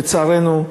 לצערנו,